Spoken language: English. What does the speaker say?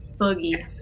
boogie